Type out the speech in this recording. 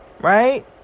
right